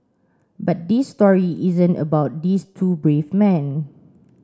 but this story isn't about these two brave men